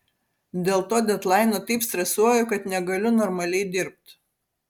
dėl to dedlaino taip stresuoju kad negaliu normaliai dirbt